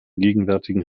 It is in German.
gegenwärtigen